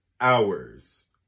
hours